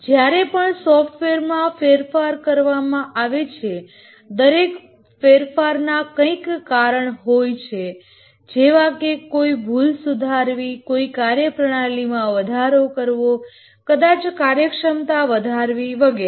જ્યારે પણ સોફ્ટવેરમાં ફેરફાર કરવામાં આવે છે દરેક ફેરફારના કંઈક કારણ હોય છે જેવા કે કોઈ ભૂલ સુધારવી કોઈ કાર્યપ્રણાલીમાં વધારો કરવો કદાચ પર્ફોર્મન્સ વધારવી વગેરે